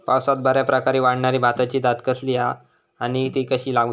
पावसात बऱ्याप्रकारे वाढणारी भाताची जात कसली आणि ती कशी लाऊची?